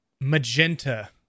Magenta